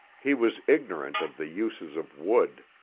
he was ignorant of the uses of wood.